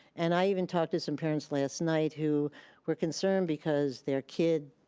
and i even talked to some parents last night who were concerned because their kid,